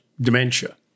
dementia